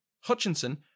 Hutchinson